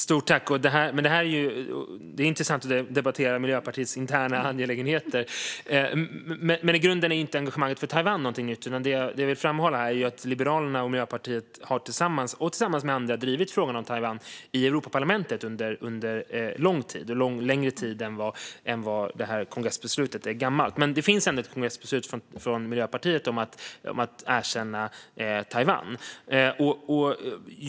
Fru talman! Det är intressant att debattera Miljöpartiets interna angelägenheter. I grunden är engagemanget för Taiwan inte något nytt, men det jag vill framhålla är att Liberalerna och Miljöpartiet tillsammans med andra har drivit frågan om Taiwan i Europaparlamentet under lång tid, och en längre tid än sedan kongressbeslutet fattades. Det finns ändå ett kongressbeslut från Miljöpartiet om att erkänna Taiwan.